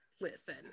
Listen